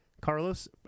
Carlos